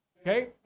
Okay